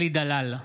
אלי דלל,